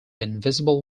invisible